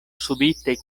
subite